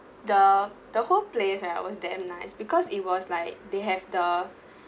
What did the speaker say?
the the whole place when I was damn nice because it was like they have the